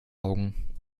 augen